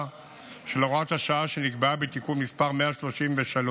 של הוראת השעה שנקבעה בתיקון מס' 133